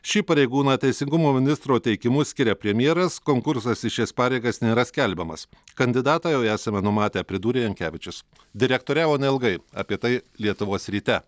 šį pareigūną teisingumo ministro teikimu skiria premjeras konkursas į šias pareigas nėra skelbiamas kandidatą jau esame numatę pridūrė jankevičius direktoriavo neilgai apie tai lietuvos ryte